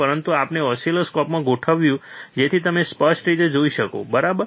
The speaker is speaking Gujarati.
પરંતુ આપણે ઓસિલોસ્કોપમાં ગોઠવ્યું જેથી તમે સ્પષ્ટ રીતે જોઈ શકો બરાબર